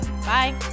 Bye